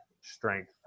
strength